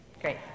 Great